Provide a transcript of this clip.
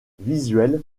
visuelles